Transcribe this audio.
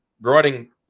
writing